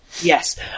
yes